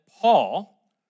Paul